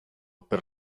per